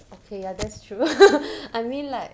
okay ya that's true I mean like